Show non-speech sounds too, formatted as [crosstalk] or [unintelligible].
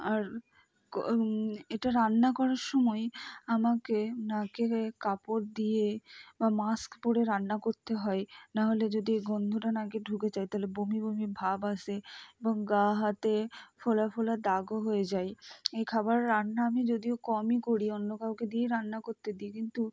আর [unintelligible] এটা রান্না করার সময় আমাকে নাকে কাপড় দিয়ে বা মাস্ক পরে রান্না করতে হয় নাহলে যদি এই গন্ধটা নাকে ঢুকে যায় তালে বমি বমি ভাব আসে এবং গা হাতে ফোলা ফোলা দাগও হয়ে যায় এই খাবার রান্না আমি যদিও কমই করি অন্য কাউকে দিয়েই রান্না করতে দিই কিন্তু